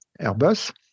Airbus